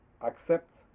accept